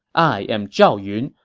i am zhao yun.